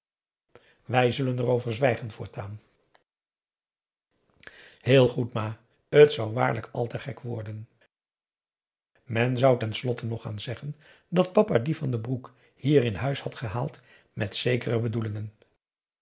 wij zullen er over zwijgen voortaan heel goed ma t zou waarlijk al te gek worden men zou ten slotte nog gaan zeggen dat papa dien van den broek h i e r in huis had gehaald met zekere bedoelingen